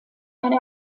eine